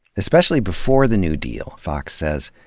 especially before the new deal, fox says,